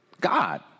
God